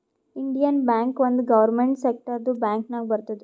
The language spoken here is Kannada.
ಇಂಡಿಯನ್ ಬ್ಯಾಂಕ್ ಒಂದ್ ಗೌರ್ಮೆಂಟ್ ಸೆಕ್ಟರ್ದು ಬ್ಯಾಂಕ್ ನಾಗ್ ಬರ್ತುದ್